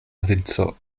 princo